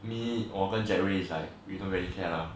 me 我跟 jerry it's like we don't really care lah